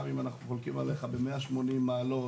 גם אם אנחנו חולקים עליך ב-180 מעלות,